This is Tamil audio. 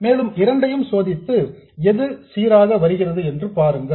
மேலும் இரண்டையும் சோதித்து எது சீராக வருகிறது என்று பாருங்கள்